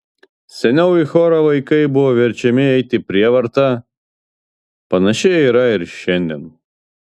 seniau į chorą vaikai buvo verčiami eiti prievarta panašiai yra ir šiandien